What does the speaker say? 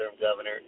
governor